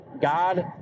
god